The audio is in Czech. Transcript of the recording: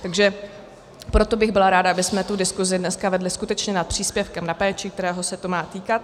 Takže proto bych byla ráda, abychom tu diskusi dneska vedli skutečně nad příspěvkem na péči, kterého se to má týkat.